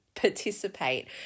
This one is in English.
participate